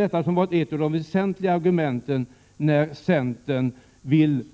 Det har varit ett av de väsentliga argumenten när centern har drivit